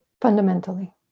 fundamentally